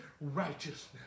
righteousness